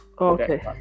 Okay